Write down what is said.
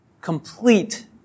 complete